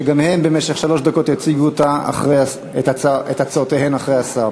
שגם הם במשך שלוש דקות יציגו את הצעותיהם אחרי השר.